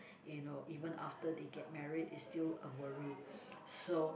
you know even after they get married is still a worry so